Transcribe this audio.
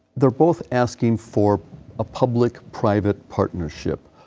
they are both asking for a public-private partnership.